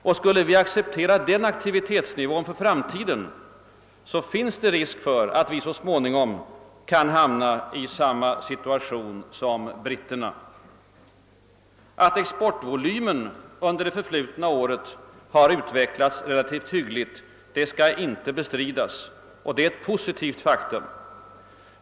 Och skulle vi acceptera den aktivitetsnivån för framtiden finns det risk för att vi hamnar i samma situation som britterna. Att exportvolymen under det förflutna året utvecklats relativt hyggligt skall inte bestridas. Det är ett positivt faktum.